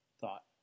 thought